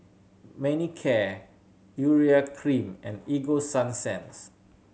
Manicare Urea Cream and Ego Sunsense